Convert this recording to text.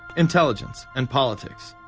intelligence and politics.